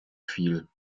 viel